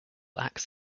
acts